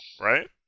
right